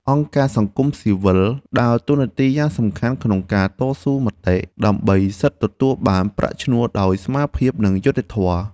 អង្គការសង្គមស៊ីវិលដើរតួនាទីយ៉ាងសំខាន់ក្នុងការតស៊ូមតិ ដើម្បីសិទ្ធិទទួលបានប្រាក់ឈ្នួលដោយស្មើភាពនិងយុត្តិធម៌។